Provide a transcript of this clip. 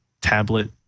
tablet